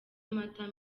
amata